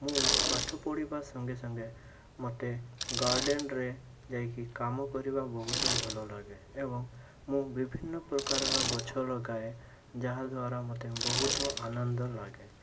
ମୁଁ ପାଠ ପଢ଼ିବା ସଙ୍ଗେ ସଙ୍ଗେ ମୋତେ ଗାର୍ଡ଼େନ୍ରେ ଯାଇକି କାମ କରିବା ବହୁତ ଭଲ ଲାଗେ ଏବଂ ମୁଁ ବିଭିନ୍ନ ପ୍ରକାରର ଗଛ ଲଗାଏ ଯାହାଦ୍ଵାରା ମୋତେ ବହୁତ ଆନନ୍ଦ ଲାଗେ